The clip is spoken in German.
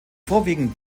vorwiegend